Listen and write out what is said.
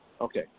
okay